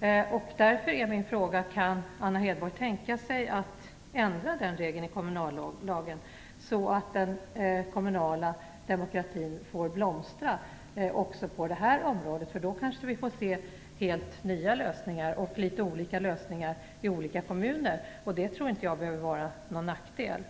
förbjuder sådana. Kan Anna Hedborg tänka sig att föreslå ändringar i den regeln i kommunallagen, så att den kommunala demokratin får blomstra även på det området? Då kanske vi får se helt nya lösningar, litet olika lösningar i olika kommuner. Det behöver inte vara någon nackdel.